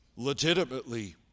legitimately